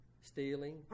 stealing